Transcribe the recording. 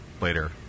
later